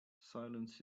silence